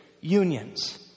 unions